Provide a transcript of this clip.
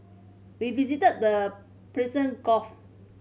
we visited the Persian Gulf